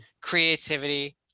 creativity